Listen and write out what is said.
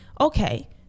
Okay